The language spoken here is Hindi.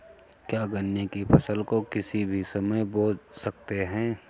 क्या गन्ने की फसल को किसी भी समय बो सकते हैं?